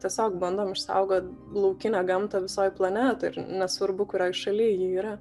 tiesiog bandom išsaugot laukinę gamtą visoj planetoj ir nesvarbu kurioj šaly ji yra